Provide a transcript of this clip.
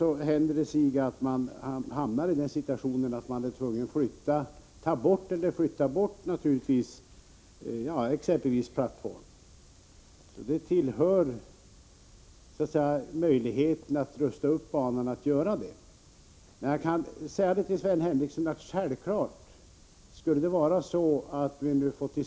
Det innebär att man måste flytta, eller ta bort, exempelvis plattformar. För att möjliggöra en upprustning av banan måste man faktiskt göra det. Skulle det vara så, att vit.o.m.